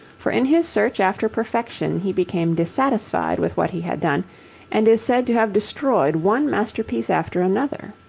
for in his search after perfection he became dissatisfied with what he had done and is said to have destroyed one masterpiece after another.